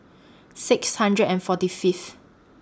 six hundred and forty Fifth